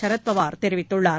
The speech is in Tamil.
சரத்பவார் தெரிவித்துள்ளார்